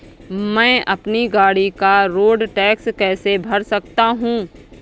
मैं अपनी गाड़ी का रोड टैक्स कैसे भर सकता हूँ?